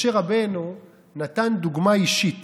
משה רבנו נתן דוגמה אישית